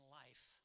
life